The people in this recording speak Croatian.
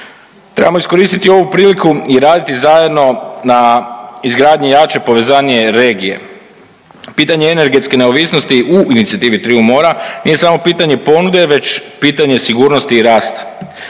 Trebamo iskoristiti ovu priliku i radi zajedno na izgradnji jače, povezanije regije. Pitanje energetske neovisnosti u Inicijativi triju mora nije samo pitanje ponude već pitanje sigurnosti i rasta.